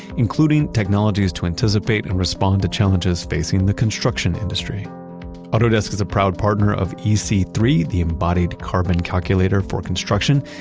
including technologies to anticipate and respond to challenges facing the construction industry autodesk is a proud partner of e c three, the embodied carbon calculator for construction.